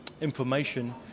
information